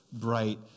bright